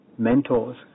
mentors